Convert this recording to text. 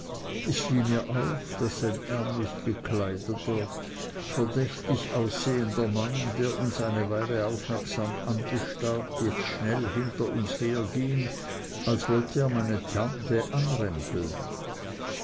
es fiel mir auf daß ein ärmlich gekleideter verdächtig aussehender mann der uns eine weile aufmerksam angestarrt jetzt schnell hinter uns herging als wolle er meine tante anrempeln